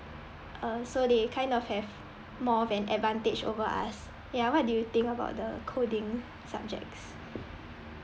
uh so they kind of have more of an advantage over us ya what do you think about the coding subjects